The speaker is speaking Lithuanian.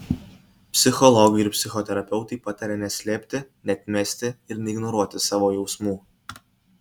psichologai ir psichoterapeutai pataria neslėpti neatmesti ir neignoruoti savo jausmų